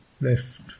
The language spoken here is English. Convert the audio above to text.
left